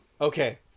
Okay